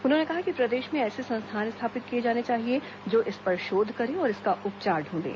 उन्होंने कहा कि प्रदेश में ऐसे संस्थान स्थापित किए जाने चाहिए जो इस पर शोध करें और इसका उपचार दूंढें